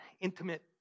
intimate